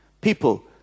People